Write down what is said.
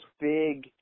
big